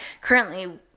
currently